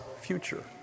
future